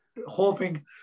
hoping